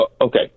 Okay